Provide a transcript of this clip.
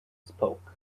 spoke